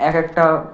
এক একটা